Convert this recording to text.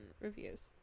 reviews